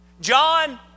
John